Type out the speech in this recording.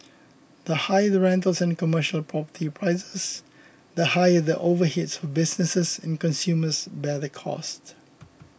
the higher the rentals and commercial property prices the higher the overheads for businesses and consumers bear the costs